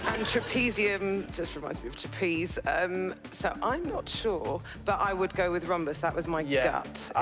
and trapezium just reminds me of trapeze. um so, i'm not sure, but i would go with rhombus. that was my yeah gut